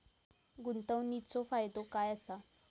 गुंतवणीचो फायदो काय असा?